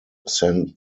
send